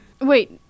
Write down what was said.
Wait